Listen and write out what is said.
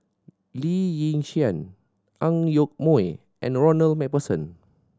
Lee Yi Shyan Ang Yoke Mooi and Ronald Macpherson